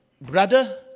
brother